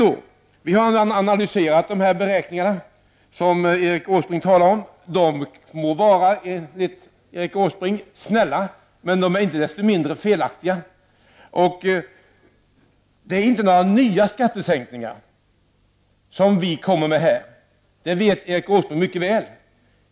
Vi har analyserat de beräkningar som Erik Åsbrink talar om. De må vara, enligt Erik Åsbrink, snälla, de är inte desto mindre felaktiga. Det är inte några nya skattesänkningar vi föreslår. Det vet Erik Åsbrink mycket väl.